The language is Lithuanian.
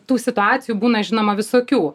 tų situacijų būna žinoma visokių